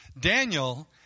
Daniel